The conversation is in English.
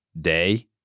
Day